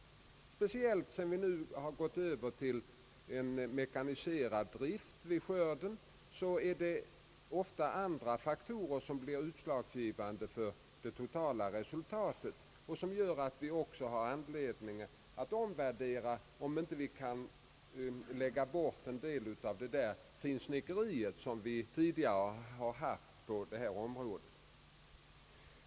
Speciellt sedan vi nu gått över till en starkt mekaniserad drift vid skörden är det ofta andra faktorer, som blir utslagsgivande för det totala resultatet och som gör att vi också har anledning att avstå från en del av det finsnickeri som vi haft och har på detta område.